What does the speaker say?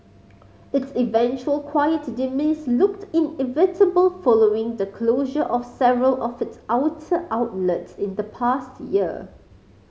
its eventual quiet demise looked inevitable following the closure of several of its outer outlets in the past year